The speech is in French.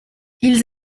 ils